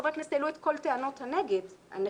חברי הכנסת העלו את כל טענות הנגד הנכונות.